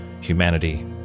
Humanity